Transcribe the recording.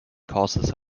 causes